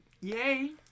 yay